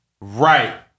Right